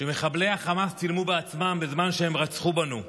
שמחבלי החמאס צילמו בעצמם בזמן שהם רצחו בנו.